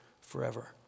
forever